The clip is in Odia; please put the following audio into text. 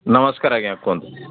ନମସ୍କାର ଆଜ୍ଞା କୁହନ୍ତୁ